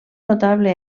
notable